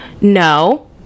no